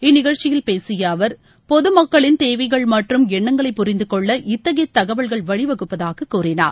இந்நிகழ்ச்சியில் பேசிய அவர் பொதுமக்களின் தேவைகள் மற்றும் எண்ணங்களை புரிந்து கொள்ள இத்தகைய தகவல்கள் வழிவகுப்பதாக கூறினார்